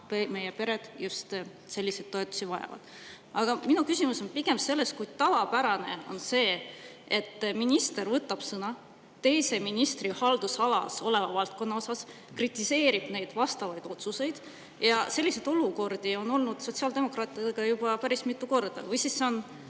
meie pered just selliseid toetusi vajavad. Aga minu küsimus on pigem see, et kui tavapärane on see, et minister võtab sõna teise ministri haldusalas oleva valdkonna osas ja kritiseerib vastavaid otsuseid. Selliseid olukordi on olnud sotsiaaldemokraatidega juba päris mitu. Või on see